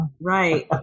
Right